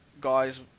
guy's